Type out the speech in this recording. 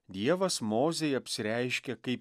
dievas mozei apsireiškia kaip